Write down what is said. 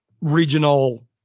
regional